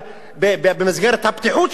במסגרת הפתיחות שלהם,